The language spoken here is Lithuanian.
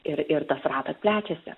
ir ir tas ratas plečiasi